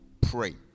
pray